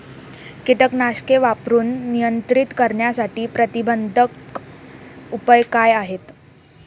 कीटकनाशके वापरून नियंत्रित करण्यासाठी प्रतिबंधात्मक उपाय काय आहेत?